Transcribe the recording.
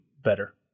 better